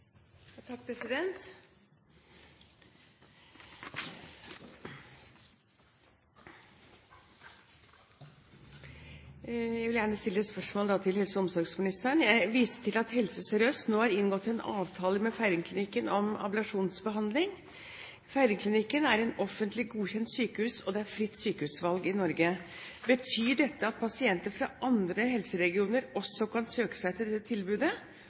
Jeg vil gjerne stille et spørsmål til helse- og omsorgsministeren: «Jeg viser til at Helse Sør-Øst nå har inngått en avtale med Feiringklinikken om ablasjonsbehandling. Feiringklinikken er offentlig godkjent sykehus, og det er fritt sykehusvalg i Norge. Betyr dette at pasienter fra andre helseregioner også kan søke seg til dette tilbudet,